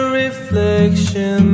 reflection